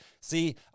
See